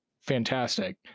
fantastic